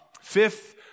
Fifth